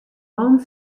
man